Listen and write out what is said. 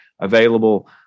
available